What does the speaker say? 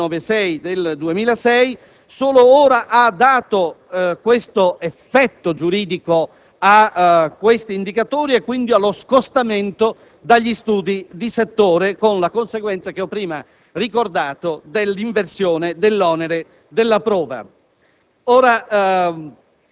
in base alla legge n. 296 del 2006, ha dato questo effetto giuridico a questi indicatori e quindi allo scostamento dagli studi di settore, con la conseguenza che ho prima ricordato dell'inversione dell'onere della prova.